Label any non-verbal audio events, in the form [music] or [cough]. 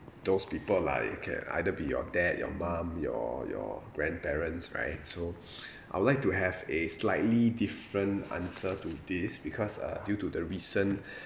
those people like it can either be your dad your mum your your grandparents right so [breath] I would like to have a slightly different answer to this because uh due to the recent [breath]